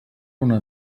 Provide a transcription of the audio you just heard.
una